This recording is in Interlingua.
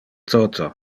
toto